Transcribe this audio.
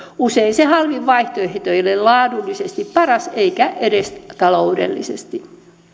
usein se halvin vaihtoehto ei ole laadullisesti paras eikä edes taloudellisesti